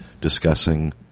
discussing